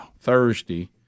Thursday